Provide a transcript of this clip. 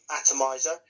atomizer